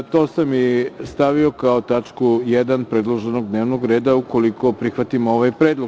To sam i stavio kao tačku 1. predloženog dnevnog reda, ukoliko prihvatimo ovaj predlog.